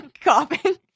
Coughing